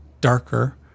darker